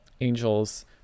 angels